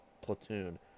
platoon